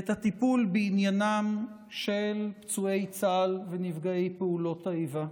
את הטיפול בעניינם של פצועי צה"ל ונפגעי פעולות האיבה.